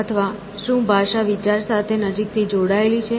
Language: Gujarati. અથવા શું ભાષા વિચાર સાથે નજીકથી જોડાયેલી છે